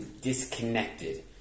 disconnected